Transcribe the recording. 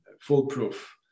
foolproof